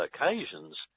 occasions